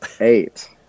eight